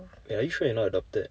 wait are you sure you're not adopted